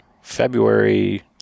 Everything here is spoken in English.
February